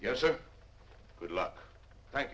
yes sir good luck thank